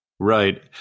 right